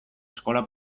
eskola